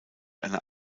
einer